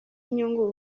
inyungu